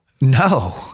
No